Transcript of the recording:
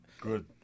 good